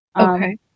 Okay